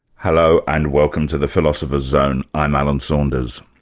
hello, and welcome to the philosopher's zone. i'm alan saunders.